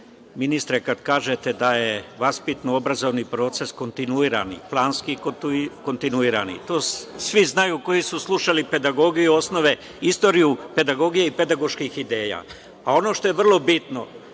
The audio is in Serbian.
ministre kad kažete da je vaspitno-obrazovni proces kontinuirani i planski. To svi znaju koji su slušali pedagogiju, osnove, istoriju pedagogije i pedagoških ideja. Ono što je vrlo bitno,